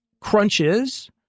crunches